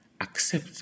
accept